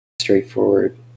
Straightforward